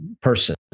person